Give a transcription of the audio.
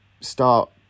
start